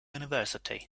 university